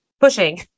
pushing